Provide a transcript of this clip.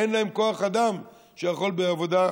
אין להם כוח אדם שיכול לעבוד.